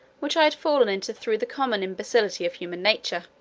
which i had fallen into through the common imbecility of human nature,